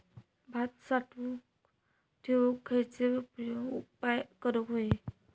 भात साठवून ठेवूक खयचे उपाय करूक व्हये?